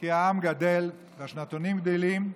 כי העם גדל והשנתונים גדלים,